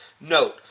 Note